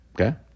Okay